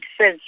says